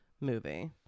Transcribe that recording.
movie